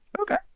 Okay